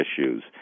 issues